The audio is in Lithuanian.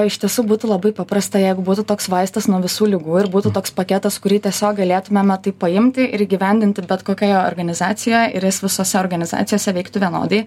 iš tiesų būtų labai paprasta jeigu būtų toks vaistas nuo visų ligų ir būtų toks paketas kurį tiesiog galėtumėme taip paimti ir įgyvendinti bet kokioje organizacijoje ir jis visose organizacijose veiktų vienodai